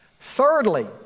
Thirdly